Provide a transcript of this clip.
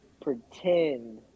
pretend